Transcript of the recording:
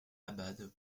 abad